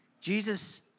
Jesus